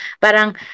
parang